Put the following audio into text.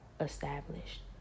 established